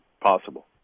possible